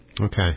Okay